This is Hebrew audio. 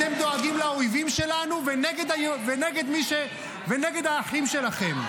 אתם דואגים לאויבים שלנו ונגד האחים שלכם.